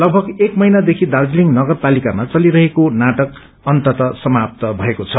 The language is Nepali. लगभग एक महिनादेखि दार्जीलिङ नगरपालिकामा चलिरहेको नाटक अन्ततः समाप्त भएको छ